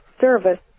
service